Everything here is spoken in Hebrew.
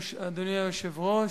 אדוני היושב-ראש,